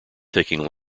taking